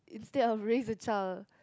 instead of raise a child